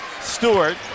Stewart